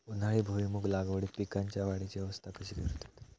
उन्हाळी भुईमूग लागवडीत पीकांच्या वाढीची अवस्था कशी करतत?